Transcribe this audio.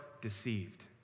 deceived